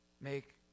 make